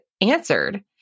answered